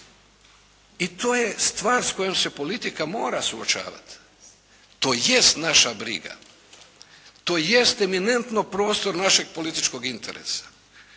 I to je stvar kojom se politika mora suočavati. To jest naša briga. To jest eminentno prostor našeg političkog interesa.